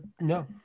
no